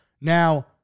Now